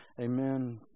Amen